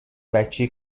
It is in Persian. بچه